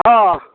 हँ हँ